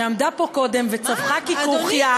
שעמדה פה קודם וצווחה ככרוכיה.